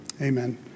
Amen